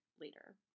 later